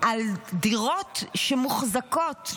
על דירות שמוחזקות,